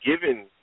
given